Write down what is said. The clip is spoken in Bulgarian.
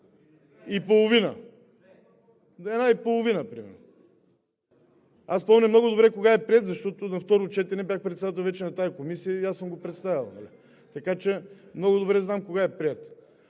ЮЛИАН АНГЕЛОВ: Една и половина примерно. Аз помня много добре кога е приет, защото на второ четене бях председател вече на тази комисия и съм го представял, така че много добре знам кога е приет.